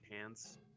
hands